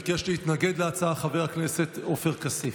ביקש להתנגד חבר הכנסת עופר כסיף.